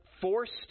forced